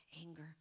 anger